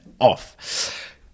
off